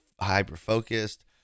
hyper-focused